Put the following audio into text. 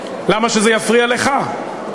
למה שזה יפריע לך?